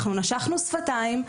אנחנו נשכנו שפתיים,